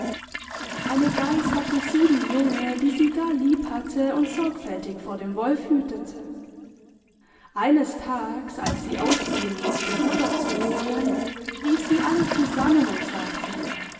eine geis hatte sieben junge die sie gar lieb hatte und sorgfältig vor dem wolf hütete eines tags als sie ausgehen mußte futter zu holen rief sie alle zusammen und sagte